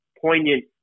poignant